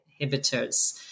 inhibitors